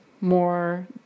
more